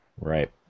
Right